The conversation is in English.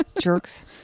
jerks